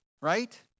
right